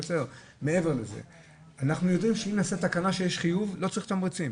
אנחנו יודעים שאם נעשה תקנה שיש חיוב לא צריך תמריצים,